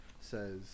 says